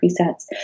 presets